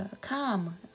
come